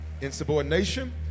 insubordination